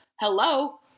hello